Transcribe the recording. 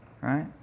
Right